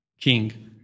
king